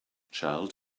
child